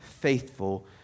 faithful